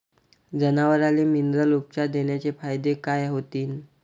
जनावराले मिनरल उपचार देण्याचे फायदे काय होतीन?